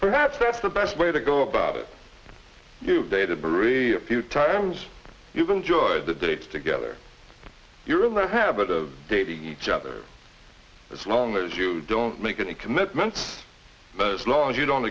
perhaps that's the best way to go about it you've dated a few times you've enjoyed the dates together you're alone had a bit of baby each other as long as you don't make any commitments but as long as you don't